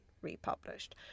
republished